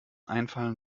einfallen